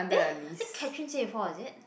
eh is it Catherine say before is it